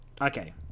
okay